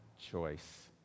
choice